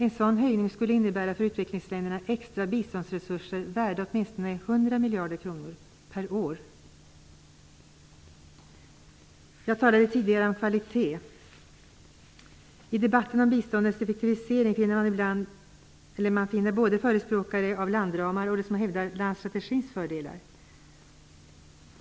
En sådan höjning skulle för utvecklingsländerna innebära extra biståndsresurser värda åtminstone 100 miljarder kronor per år. Jag talade tidigare om kvalitet. I debatten om biståndets effektivisering finner man både förespråkare av landramar och de som hävdar landstrategins fördelar.